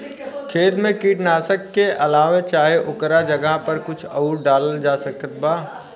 खेत मे कीटनाशक के अलावे चाहे ओकरा जगह पर कुछ आउर डालल जा सकत बा?